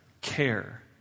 care